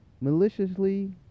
maliciously